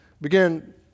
begin